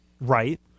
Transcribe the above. Right